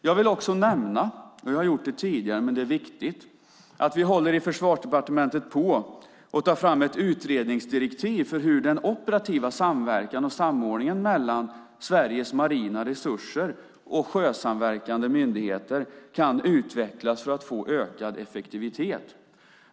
Jag vill också nämna - jag har gjort det tidigare, men det är viktigt - att vi i Försvarsdepartementet håller på att ta fram ett utredningsdirektiv för hur den operativa samverkan och samordningen mellan Sveriges marina resurser och sjösamverkande myndigheter kan utvecklas för att få ökad effektivitet.